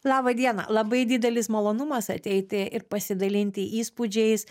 laba diena labai didelis malonumas ateiti ir pasidalinti įspūdžiais